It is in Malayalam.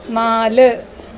നാല്